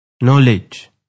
knowledge